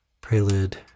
Prelude